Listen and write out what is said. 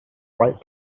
right